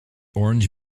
orange